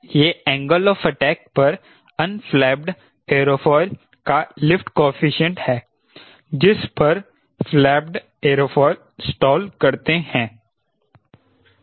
यह angle of attack पर unflapped aerofoil का लिफ्ट कॉएफिशिएंट है जिस पर फ्लैप्ड एयरोफॉयल स्टॉल करते है